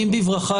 ואם לא,